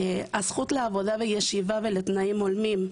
הזכות לעבודה בישיבה ולתנאים הולמים,